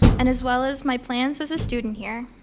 and as well as my plans as a student here.